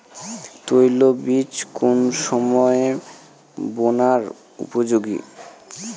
তৈলবীজ কোন সময়ে বোনার উপযোগী?